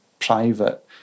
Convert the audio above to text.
private